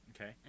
Okay